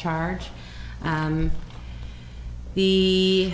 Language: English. charge the